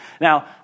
Now